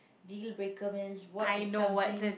dealbreaker means what is something